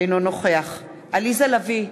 אינו נוכח עליזה לביא,